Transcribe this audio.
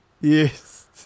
Yes